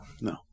No